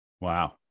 Wow